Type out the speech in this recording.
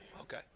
Okay